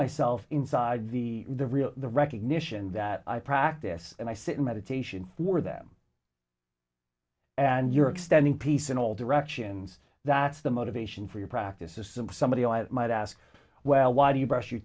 myself inside the the real the recognition that i practice and i sit in meditation for them and you're extending peace in all directions that's the motivation for your practice of some somebody might ask well why do you brush your